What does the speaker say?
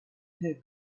her